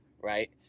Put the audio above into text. right